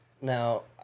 Now